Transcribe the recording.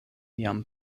jam